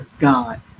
God